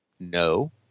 No